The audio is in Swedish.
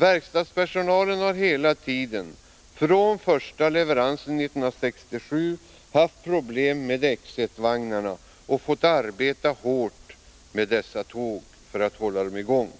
Verkstadspersonalen har hela tiden från den första leveransen 1967 haft problem med X1 vagnarna och fått arbeta hårt med dessa tåg för att hålla dem i gång.